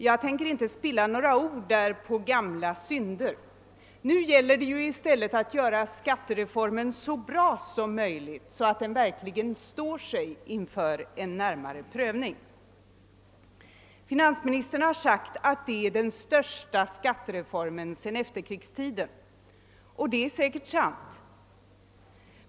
Jag tänker inte spilla några ord på gamla synder; nu gäller det i stället att göra skattereformen så bra som möjligt, så att den verkligen står sig inför en närmare prövning. Finansministern har sagt att detta är den största skattereformen sedan efterkrigstiden, och det är säkerligen sant.